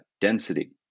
density